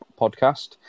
podcast